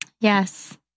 Yes